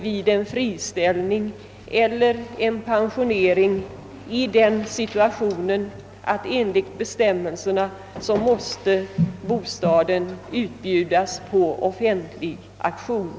Vid en friställning eller pensionering kan vederbörande råka i den situationen att bostaden enligt bestämmelserna måste utbjudas på offentlig auktion.